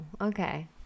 okay